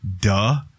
Duh